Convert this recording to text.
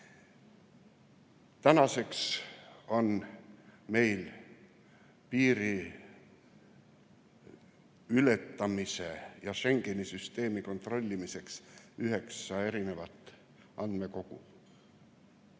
Tänaseks on meil piiriületamise ja Schengeni süsteemi kontrollimiseks üheksa andmekogu.